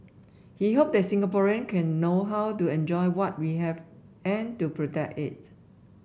he hoped that Singaporean can know how to enjoy what we have and to protect it